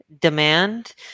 demand